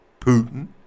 Putin